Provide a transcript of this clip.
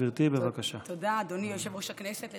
תודה, אדוני יושב-ראש הכנסת.